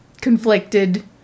conflicted